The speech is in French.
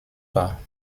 pas